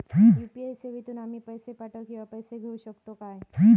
UPI सेवेतून आम्ही पैसे पाठव किंवा पैसे घेऊ शकतू काय?